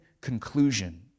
conclusion